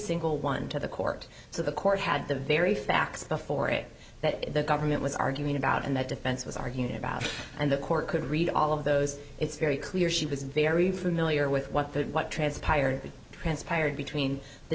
single one to the court so the court had the very facts before it that the government was arguing about and that defense was argued about and the court could read all of those it's very clear she was very familiar with what they had what transpired transpired between the